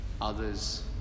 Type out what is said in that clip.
others